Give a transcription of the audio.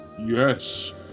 Yes